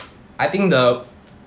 I think the